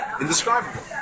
Indescribable